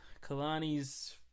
Kalani's